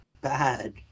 bad